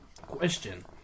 Question